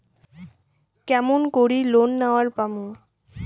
কেমন করি লোন নেওয়ার পামু?